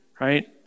right